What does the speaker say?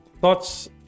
Thoughts